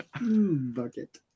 Bucket